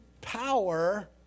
power